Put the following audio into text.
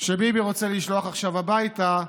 שביבי רוצה לשלוח עכשיו הביתה: